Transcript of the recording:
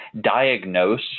diagnose